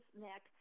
neck